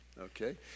Okay